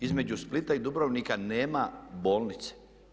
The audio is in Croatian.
Između Splita i Dubrovnika nema bolnice.